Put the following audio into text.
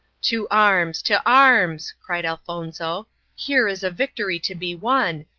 to arms, to arms! cried elfonzo here is a victory to be won,